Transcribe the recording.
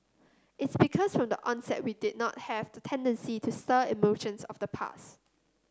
it's because from the onset we did not have the tendency to stir emotions of the past